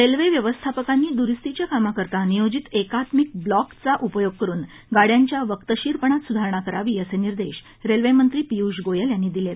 railway व्यवस्थापकांनी द्रुस्तीच्या कामाकरता नियोजित एकात्मिक ब्लॉकचा उपयोग करुन गाड्यांच्या वक्तशीरपणात सुधारणा करावी असे निर्देश रेल्वे मंत्री पियूष गोयल यांनी दिले आहेत